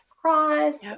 Cross